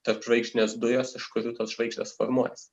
tarpžvaigždinės dujos iš kurių tos žvaigždės formuojasi